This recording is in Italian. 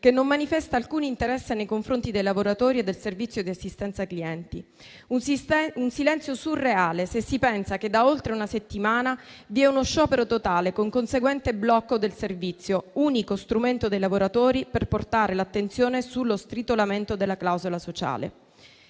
che non manifesta alcun interesse nei confronti dei lavoratori e del servizio di assistenza clienti. Un silenzio surreale, se si pensa che da oltre una settimana vi è uno sciopero totale, con conseguente blocco del servizio, unico strumento dei lavoratori per portare l'attenzione sullo stritolamento della clausola sociale.